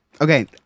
okay